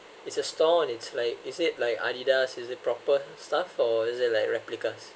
it's a store and it's like you said like Adidas is it a proper stuff or is it like replicas